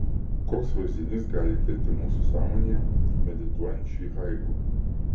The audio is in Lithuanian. koks vaizdinys gali kilti mūsų sąmonėje medituojant šį haiku